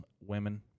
women